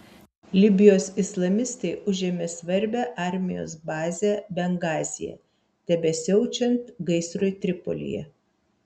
libijos islamistai užėmė svarbią armijos bazę bengazyje tebesiaučiant gaisrui tripolyje